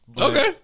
Okay